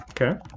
Okay